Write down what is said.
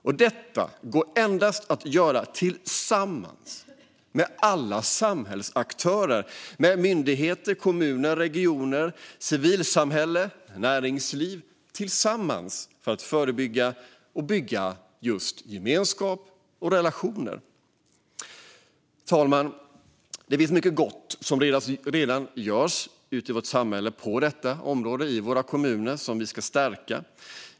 Och detta går endast att göra med alla samhällsaktörer - myndigheter, kommuner, regioner, civilsamhälle och näringsliv - tillsammans för att förebygga och bygga gemenskap och relationer. Fru talman! Det finns mycket gott som redan görs på detta område ute i våra kommuner som vi ska stärka.